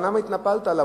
למה התנפלת עליו?